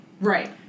Right